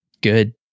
good